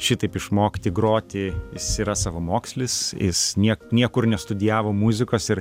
šitaip išmokti groti jis yra savamokslis jis nie niekur nestudijavo muzikos ir